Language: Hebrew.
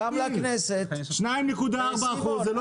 אני מודיע פה עכשיו גם לכנסת --- 2.4% זה לא ייבוא.